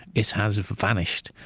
it has vanished.